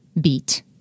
beat